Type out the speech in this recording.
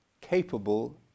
capable